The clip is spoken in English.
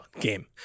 game